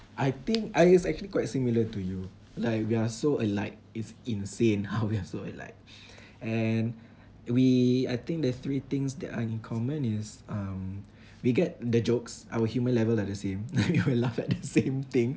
I think I is actually quite similar to you like we are so alike it's insane how we are so alike and we I think the three things that are in common is um we get the jokes our humour level are the same like we will laugh at the same thing